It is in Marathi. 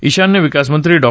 ईशान्य विकासमंत्री डॉ